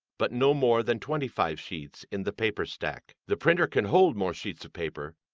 but no more than twenty five sheets, in the paper stack. the printer can hold more sheets of paper,